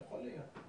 יכול להיות.